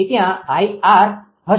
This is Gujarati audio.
તેથી ત્યાં 𝐼𝑟 હશે